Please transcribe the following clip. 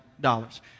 dollars